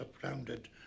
surrounded